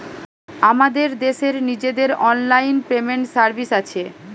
আমাদের দেশের নিজেদের অনলাইন পেমেন্ট সার্ভিস আছে